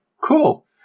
Cool